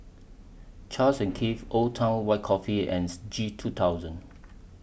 Charles and Keith Old Town White Coffee and G two thousand